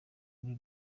muri